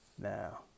Now